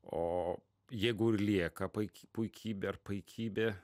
o jeigu ir lieka paiky puikybė ar paikybė